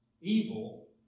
evil